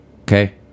okay